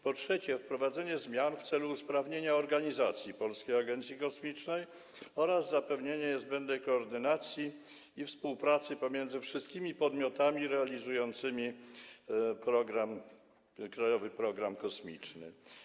Po trzecie, wprowadzenie zmian w celu usprawnienia organizacji Polskiej Agencji Kosmicznej oraz zapewnienia niezbędnej koordynacji i współpracy pomiędzy wszystkimi podmiotami realizującymi Krajowy Program Kosmiczny.